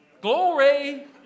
Glory